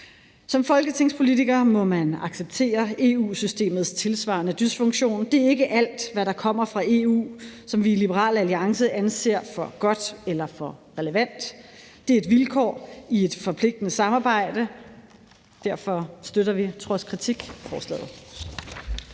Som folketingspolitiker må man acceptere EU-systemets tilsvarende dysfunktion. Det er ikke alt, hvad der kommer fra EU, som vi i Liberal Alliance anser for godt eller for relevant. Det er et vilkår i et forpligtende samarbejde. Derfor støtter vi trods kritik forslaget.